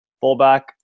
fullback